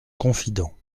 confident